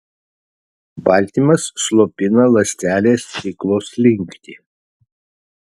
baltymas slopina ląstelės ciklo slinktį